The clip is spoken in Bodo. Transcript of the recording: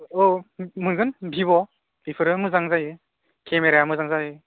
औ मोनगोन भिभ' बेफोरो मोजां जायो केमेराया मोजां जायो